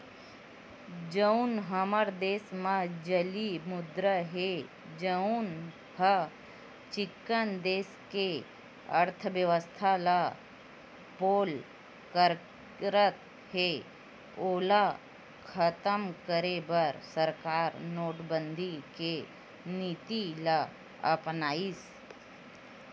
जउन हमर देस म जाली मुद्रा हे जउनहा चिक्कन देस के अर्थबेवस्था ल पोला करत हे ओला खतम करे बर सरकार नोटबंदी के नीति ल अपनाइस